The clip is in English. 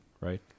right